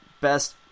best